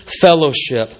fellowship